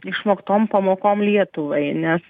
išmoktom pamokom lietuvai nes